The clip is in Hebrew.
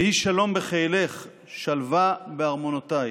יהי שלום בחילך שלוה בארמנותיך.